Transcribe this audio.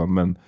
men